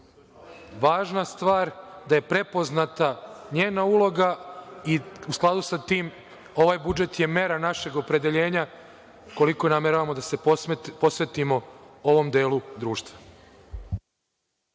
važna stvar, da je prepoznata njena uloga i u skladu sa tim ovaj budžet je mera našeg opredeljenja koliko nameravamo da se posvetimo ovom delu društva.